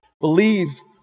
Believes